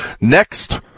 Next